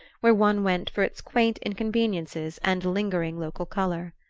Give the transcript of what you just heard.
where one went for its quaint inconveniences and lingering local colour.